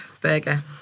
burger